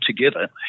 together